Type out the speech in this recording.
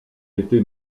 été